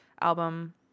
album